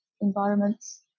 environments